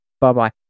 Bye-bye